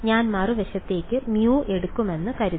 ഞാൻ മറുവശത്തേക്ക് μ എടുക്കുമെന്ന് കരുതുക